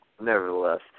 Nevertheless